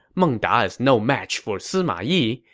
meng da is no match for sima yi.